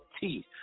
teeth